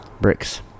Bricks